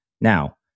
Now